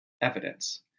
evidence